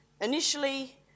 initially